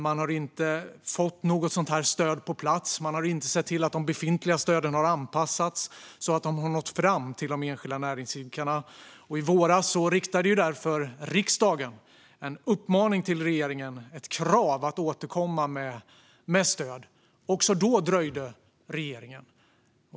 Man har inte fått något sådant stöd på plats. Man har inte sett till att de befintliga stöden har anpassats så att de har nått fram till de enskilda näringsidkarna. I våras riktade därför riksdagen en uppmaning till regeringen, ett krav att återkomma med stöd. Också då dröjde regeringen.